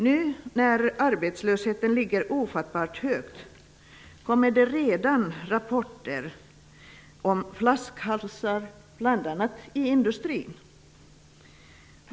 Nu när arbetslösheten ligger ofattbart högt kommer det redan rapporter om flaskhalsar, bl.a. i industrin.